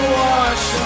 wash